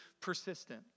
persistent